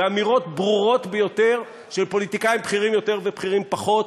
באמירות ברורות ביותר של פוליטיקאים בכירים יותר ובכירים פחות,